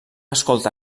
escolta